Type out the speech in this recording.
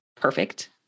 perfect